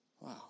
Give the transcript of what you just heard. Wow